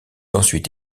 ensuite